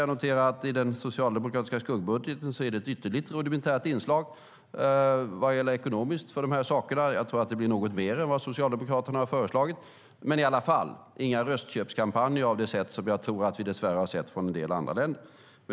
Jag noterar att det i den socialdemokratiska skuggbudgeten är ett ytterligt rudimentärt inslag ekonomiskt för dessa saker. Jag tror att det blir något mer än vad Socialdemokraterna har föreslagit. Men det blir i alla fall inga röstköpskampanjer av det slag som vi dess värre har sett från en del andra länder.